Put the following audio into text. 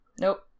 Nope